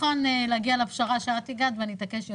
מוכן להגיע לפשרה שאני הגעתי אליה והוא התעקש יותר,